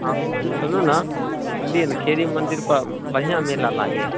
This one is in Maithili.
हँ सुनू ने सुनलिए खेड़ी खेड़ी मन्दिरपर बढ़िआँ मेला लागै हइ